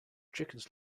chickens